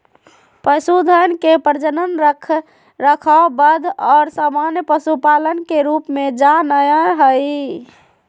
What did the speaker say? पशुधन के प्रजनन, रखरखाव, वध और सामान्य पशुपालन के रूप में जा नयय हइ